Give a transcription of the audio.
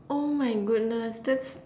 oh my goodness that's